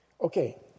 Okay